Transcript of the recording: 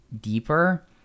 deeper